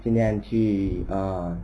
今天去 err